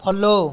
follow